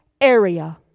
area